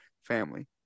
family